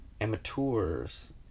amateurs